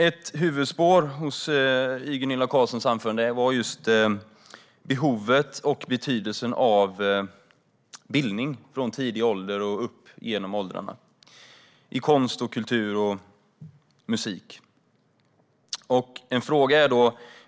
Ett huvudspår i Gunilla Carlssons anförande var just behovet och betydelsen av bildning i konst, kultur och musik från tidig ålder och upp genom åldrarna.